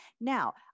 Now